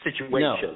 situation